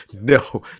no